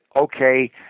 okay